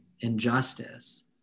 injustice